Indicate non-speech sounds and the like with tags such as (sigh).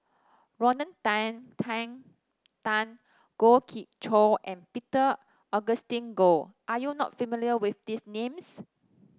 Rodney Tan (unintelligible) Tan Goh Ee Choo and Peter Augustine Goh are you not familiar with these names